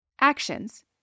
Actions